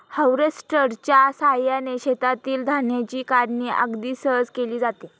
हार्वेस्टरच्या साहाय्याने शेतातील धान्याची काढणी अगदी सहज केली जाते